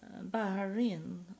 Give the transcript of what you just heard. Bahrain